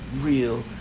real